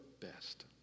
best